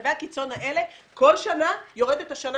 ומצבי הקיצון האלה כל שנה מתקרבת השנה